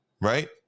right